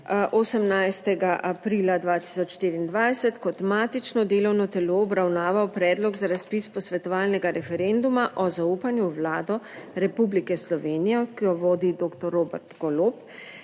18. aprila 2024 kot matično delovno telo obravnaval predlog za razpis posvetovalnega referenduma o zaupanju v Vlado Republike Slovenije, ki jo vodi doktor Robert Golob